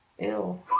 Ew